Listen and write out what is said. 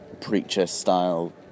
preacher-style